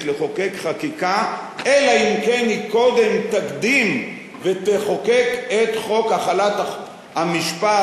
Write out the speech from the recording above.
לחוקק חקיקה אלא אם כן היא קודם תקדים ותחוקק את חוק החלת המשפט,